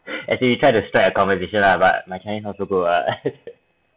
as he tried to start a conversation lah but my chinese not so good [what]